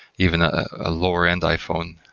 even a lower-end iphone,